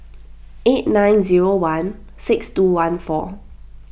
eight nine zero one six two one four